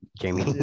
Jamie